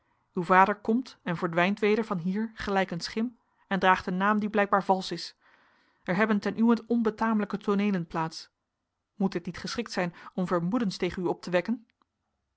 uw vader komt en verdwijnt weder van hier gelijk een schim en draagt een naam die blijkbaar valsch is er hebben ten uwent onbetamelijke tooneelen plaats moet dit niet geschikt zijn om vermoedens tegen u op te wekken